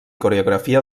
coreografia